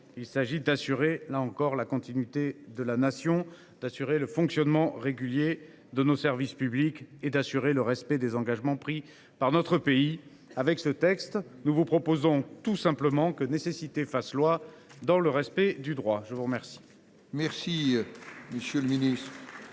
Il s’agit d’assurer la continuité de la Nation, le fonctionnement régulier des services publics et le respect des engagements pris par notre pays. Avec ce texte, nous vous proposons tout simplement que nécessité fasse loi, dans le respect du droit. La parole